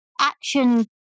action